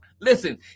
Listen